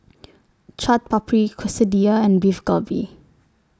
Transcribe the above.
Chaat Papri Quesadillas and Beef Galbi